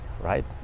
Right